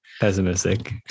pessimistic